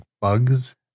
bugs